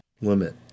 limit